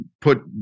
put